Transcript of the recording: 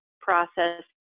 process